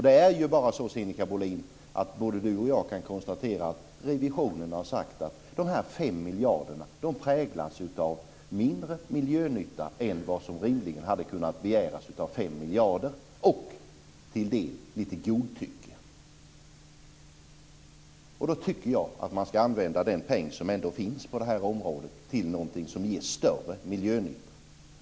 Det är ju bara så att både Sinikka Bohlin och jag kan konstatera att revisionen har sagt att de 5 miljarderna präglas av mindre miljönytta än vad som rimligen hade kunnat begäras av 5 miljarder, och till det lite godtycke. Då tycker jag att man ska använda den peng som ändå finns på det här området till någonting som ger större miljönytta.